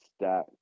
stack